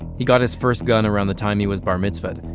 he got his first gun around the time he was bar mitzvahed.